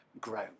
grow